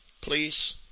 Please